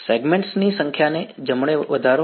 segments ની સંખ્યાને જમણે વધારો